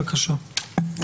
בבקשה.